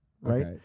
right